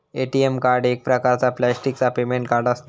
ATM card एक प्रकारचा प्लॅस्टिकचा पेमेंट कार्ड असता